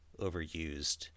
overused